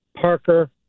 Parker